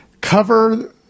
cover